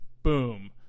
Boom